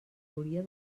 hauria